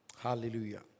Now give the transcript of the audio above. Hallelujah